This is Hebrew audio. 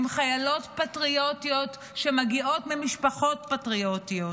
הן חיילות פטריוטיות שמגיעות ממשפחות פטריוטיות.